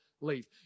leave